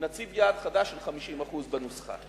נציב יעד חדש של 50% בנוסחה.